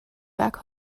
back